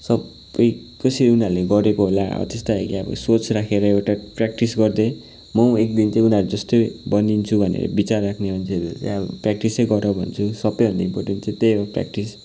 सबै कसरी उनीहरूले गरेको होला हो त्यस्तो खालको अब सोच राखेर एउटा प्र्याक्टिस गर्दै म एकदिन चाहिँ उनीहरू जस्तै बनिन्छु भनेर विचार राख्ने मान्छेहरूले चाहिँ अब प्र्याक्टिसै गर भन्छु सबैभन्दा इम्पोर्टेन्ट चाहिँ त्यही हो प्र्याक्टिस